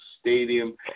Stadium